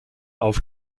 auf